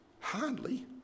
Hardly